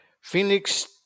Phoenix